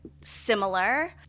similar